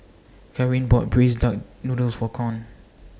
Karin bought Braised Duck Noodles For Con